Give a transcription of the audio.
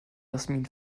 jasmin